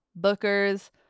bookers